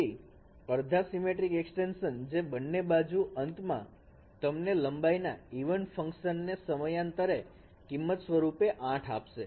પછી અડધા symmetric extension જે બંને બાજુ અંત માં તમને લંબાઈ ના even ફંકશન ને સમયાંતરે કિંમત સ્વરૂપે 8 આપશે